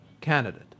candidate